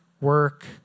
work